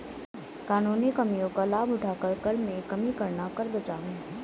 कानूनी कमियों का लाभ उठाकर कर में कमी करना कर बचाव है